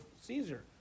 Caesar